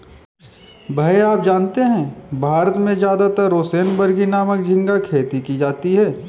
भैया आप जानते हैं भारत में ज्यादातर रोसेनबर्गी नामक झिंगा खेती की जाती है